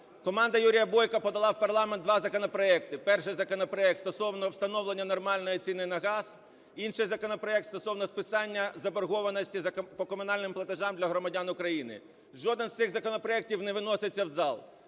Команда Юрія Бойка подала в парламент два законопроекти. Перший законопроект стосовно встановлення нормальної ціни на газ. Інший законопроект - стосовно списання заборгованості по комунальним платежам для громадян України. Жоден з цих законопроектів не виноситься в зал.